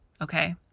Okay